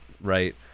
Right